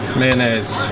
mayonnaise